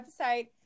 website